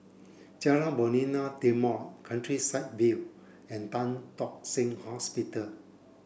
Jalan Novena Timor Countryside View and Tan Tock Seng Hospital